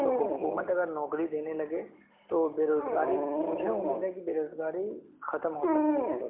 تو حکومت اگر نوکری دینے لگے تو بےروزگاری مجھے امید ہے کہ بےروزگاری ختم ہو سکتی ہیں